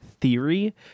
theory